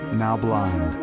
now blind,